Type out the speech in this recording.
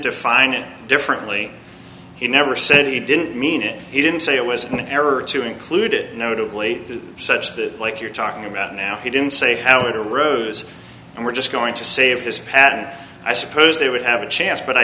define it differently he never said he didn't mean it he didn't say it was an error to include it notably such that like you're talking about now he didn't say how it arose and we're just going to save his patent i suppose they would have a chance but i